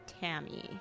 Tammy